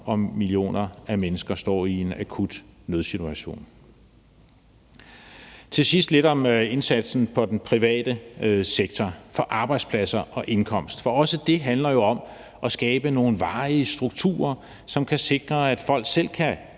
millioner af mennesker står i en akut nødsituation. Til sidst vil jeg sige lidt om indsatsen for den private sektor, for arbejdspladser og indkomst. For også det handler jo om at skabe nogle varige strukturer, som kan sikre, at folk selv kan